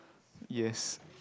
yes